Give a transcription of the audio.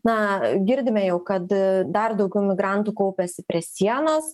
na girdime jau kad dar daugiau migrantų kaupiasi prie sienos